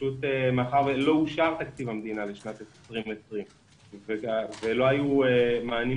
אלא מאחר שלא אושר תקציב המדינה לשנת 2020 ולא היו מענים